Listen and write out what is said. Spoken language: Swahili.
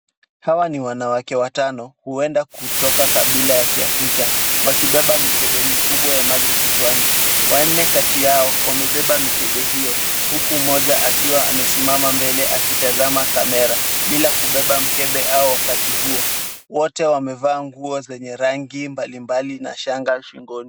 Hawa ni wanawake watano, huenda kutoka kabila la kiafrika, wakibeba mikebe mikubwa ya maji kichwani, wanne kati yao wamebeba mikebe hiyo huku mmoja akiwa amesimama mbele akitazama kamera, bila kubeba mkebe au wakati huo, wote wamevaa nguo zenye rangi mbalimbali na shanga shingoni.